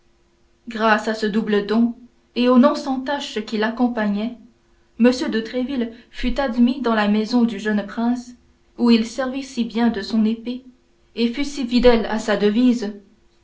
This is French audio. grâce à ce double don et au nom sans tache qui l'accompagnait m de tréville fut admis dans la maison du jeune prince où il servit si bien de son épée et fut si fidèle à sa devise